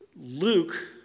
Luke